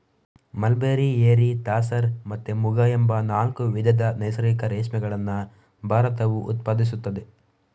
mulberry, eri, tasar ಮತ್ತೆ ಮುಗ ಎಂಬ ನಾಲ್ಕು ವಿಧದ ನೈಸರ್ಗಿಕ ರೇಷ್ಮೆಗಳನ್ನ ಭಾರತವು ಉತ್ಪಾದಿಸ್ತದೆ